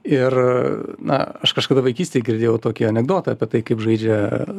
ir na aš kažkada vaikystėj girdėjau tokį anekdotą apie tai kaip žaidžia